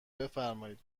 بفرمایید